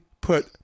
put